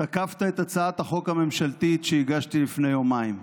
תקפת את הצעת החוק הממשלתית שהגשתי לפני יומיים,